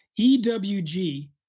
EWG